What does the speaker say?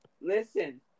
Listen